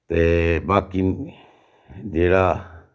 ते बाकी जेह्ड़ा